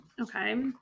Okay